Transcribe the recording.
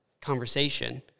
conversation